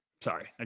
sorry